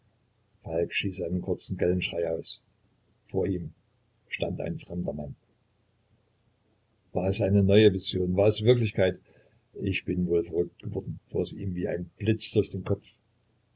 stieß einen kurzen gellen schrei aus vor ihm stand ein fremder mann war es eine neue vision war es wirklichkeit ich bin wohl verrückt geworden fuhr es ihm wie ein blitz durch den kopf